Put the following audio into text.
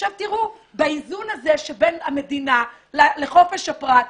עכשיו תראו, באיזון הזה שבין המדינה לחופש הפרט,